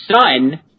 son